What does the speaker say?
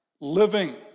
living